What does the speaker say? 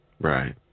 Right